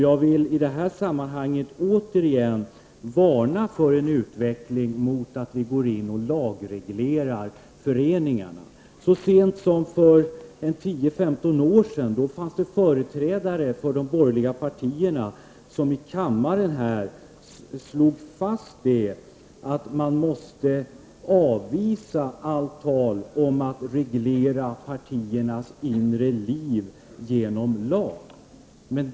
Jag vill återigen varna för en utveckling mot en lagreglering av föreningarna. Så sent som för 10-- 15 år sedan fanns det företrädare för de borgerliga partierna som i kammaren förespråkade att man skulle avvisa allt tal om att genom lag reglera partiernas inre liv.